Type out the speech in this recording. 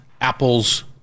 apples